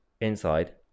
inside